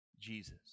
Jesus